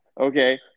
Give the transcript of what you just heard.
Okay